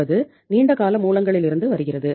என்பது நீண்ட கால மூலங்களிலிருந்து வருகிறது